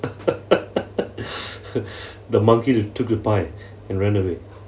the monkey took the pie and ran away